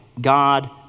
God